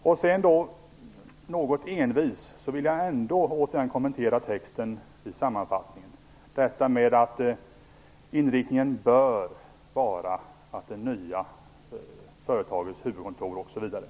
För det andra vill jag, även om jag verkar envis, återigen kommentera texten i sammanfattningen och då särskilt detta med att inriktningen "bör" vara att det nya bolagets huvudkontor lokaliseras till Visby.